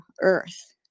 earth